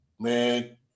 Man